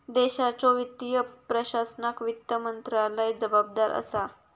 देशाच्यो वित्तीय प्रशासनाक वित्त मंत्रालय जबाबदार असा